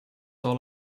all